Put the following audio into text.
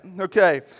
Okay